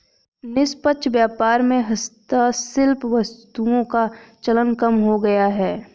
निष्पक्ष व्यापार में हस्तशिल्प वस्तुओं का चलन कम हो गया है